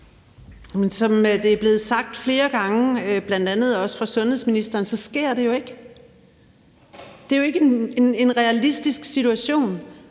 Som det er blevet sagt flere gange, bl.a. også fra sundhedsministeren, så sker det jo ikke. Det er jo ikke en realistisk situation,